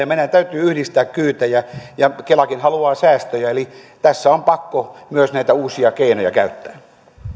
meidän täytyy yhdistää kyytejä ja kelakin haluaa säästöjä eli tässä on pakko myös näitä uusia keinoja käyttää